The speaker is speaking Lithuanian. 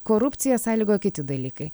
korupciją sąlygoja kiti dalykai